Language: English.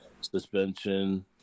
suspension